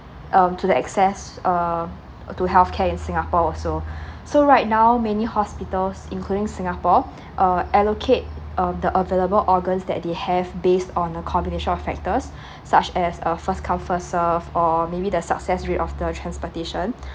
um to the access uh to health care in singapore also so right now many hospitals including singapore uh allocate um the available organs that they have based on the combination of factors such as uh first come first serve or maybe the success rate of transplantation